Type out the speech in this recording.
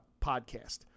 podcast